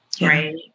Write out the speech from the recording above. right